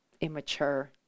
immature